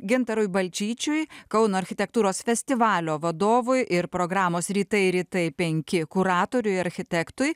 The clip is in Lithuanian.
gintarui balčyčiui kauno architektūros festivalio vadovui ir programos rytai rytai penki kuratoriui architektui